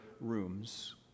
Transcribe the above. rooms